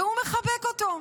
והוא מחבק אותו.